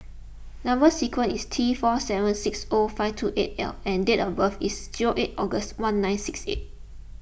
Number Sequence is T four seven six O five two eight L and date of birth is eight August one nine six eight